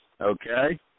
Okay